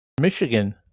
Michigan